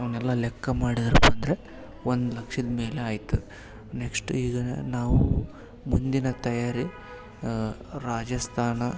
ಅವನ್ನೆಲ್ಲ ಲೆಕ್ಕ ಮಾಡಿದ್ರಪ್ಪ ಅಂದರೆ ಒಂದು ಲಕ್ಷದ ಮೇಲೆ ಆಯಿತು ನೆಕ್ಷ್ಟ್ ಈಗ ನಾವು ಮುಂದಿನ ತಯಾರಿ ರಾಜಸ್ಥಾನ